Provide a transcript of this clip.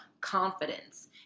confidence